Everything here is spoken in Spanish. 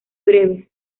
breves